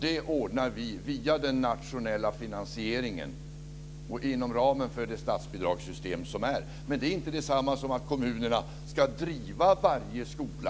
Det ordnar vi via den nationella finansieringen och inom ramen för det statsbidragssystem som finns. Men det är inte detsamma som att kommunerna ska driva varje skola.